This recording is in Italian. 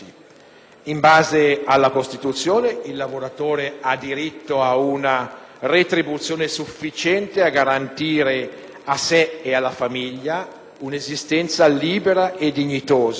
In base alla Costituzione, il lavoratore ha diritto a una retribuzione sufficiente a garantire a sé e alla famiglia un'esistenza libera e dignitosa,